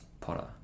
Potter